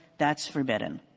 that's forbidden.